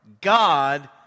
God